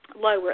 lower